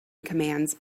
commands